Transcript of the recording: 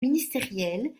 ministériel